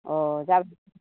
अ जागोन